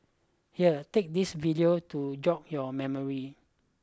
here take this video to jog your memory